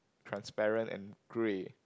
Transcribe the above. transparent and grey